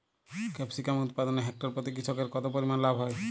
Capsicum উৎপাদনে hectare প্রতি কৃষকের কত পরিমান লাভ হয়?